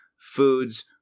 foods